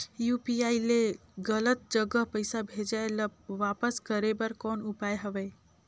UPI ले गलत जगह पईसा भेजाय ल वापस करे बर कौन उपाय हवय?